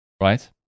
right